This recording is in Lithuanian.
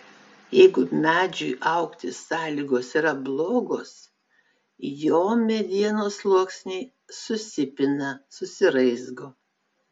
jeigu medžiui augti sąlygos yra blogos jo medienos sluoksniai susipina susiraizgo